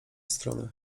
strony